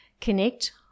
connect